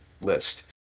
list